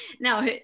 now